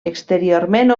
exteriorment